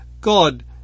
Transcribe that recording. God